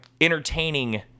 entertaining